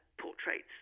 portraits